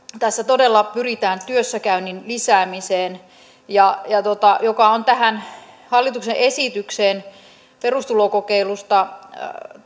tässä todella pyritään työssäkäynnin lisäämiseen joka on tähän hallituksen esitykseen perustulokokeilusta